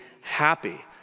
happy